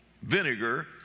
Vinegar